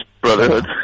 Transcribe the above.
brotherhood